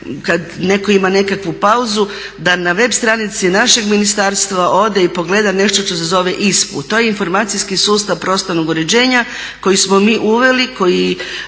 kada netko ima nekakvu pauzu da na web stranici našeg ministarstva odre i pogleda nešto što se zove ISPU, to je informacijski sustav prostornog uređenja koji smo mi uveli koji